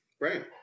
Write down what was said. Right